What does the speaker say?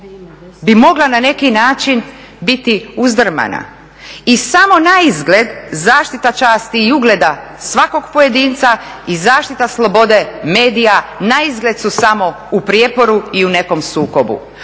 bi mogla na neki način biti uzdrmana i samo naizgled zaštita časti i ugleda svakog pojedinca i zaštita slobode medija naizgled su samo u prijeporu i u nekom sukobu,